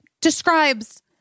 describes